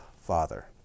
father